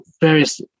various